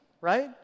right